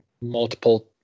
multiple